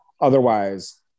Otherwise